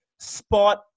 spot